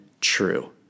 true